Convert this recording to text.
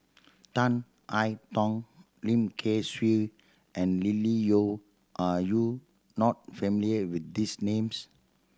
Tan I Tong Lim Kay Siu and Lily Neo are you not familiar with these names